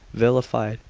vilified,